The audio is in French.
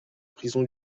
prison